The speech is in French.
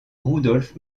rudolf